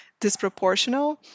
disproportional